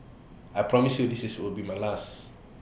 I promise you this is will be my last